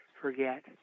forget